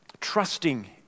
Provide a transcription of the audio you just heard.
trusting